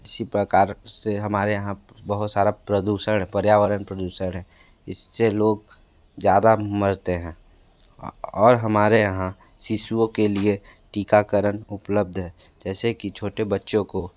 इसी प्रकार से हमारे यहाँ बहुत सारा प्रदूषण पर्यावरण प्रदूषण इससे लोग ज़्यादा मरते हैं और हमारे यहाँ शिशुओं के लिए टीकाकरण उपलब्ध है जैसे कि छोटे बच्चों को